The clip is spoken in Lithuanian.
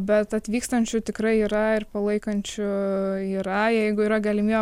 bet atvykstančių tikrai yra ir palaikančių yra jeigu yra galimybė